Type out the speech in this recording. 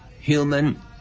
human